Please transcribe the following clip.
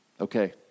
Okay